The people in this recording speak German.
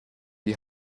die